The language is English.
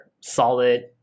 solid